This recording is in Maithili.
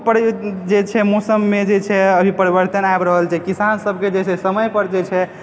पर एज जे छै मौसममे जे छै अभी परिवर्तन आबि रहल छै किसान सब कऽ जे छै समय पर जे छै